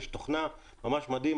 יש תוכנה ממש מדהים,